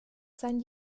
sein